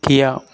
Kia